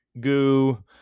goo